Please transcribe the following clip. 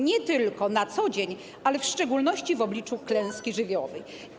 Nie tylko na co dzień, ale w szczególności w obliczu klęski żywiołowej.